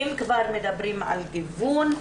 אם כבר מדברים על גיוון,